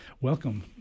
Welcome